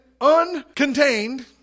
uncontained